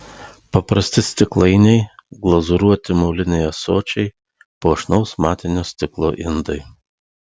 paprasti stiklainiai glazūruoti moliniai ąsočiai puošnaus matinio stiklo indai